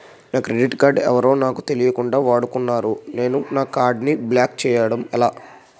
నా credit card ఎవరో నాకు తెలియకుండా వాడుకున్నారు నేను నా కార్డ్ ని బ్లాక్ చేయడం ఎలా?